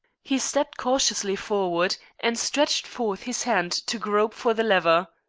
he stepped cautiously forward, and stretched forth his hand to grope for the lever.